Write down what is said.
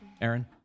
Aaron